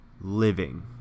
Living